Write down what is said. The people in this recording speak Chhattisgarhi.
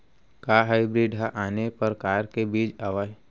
का हाइब्रिड हा आने परकार के बीज आवय?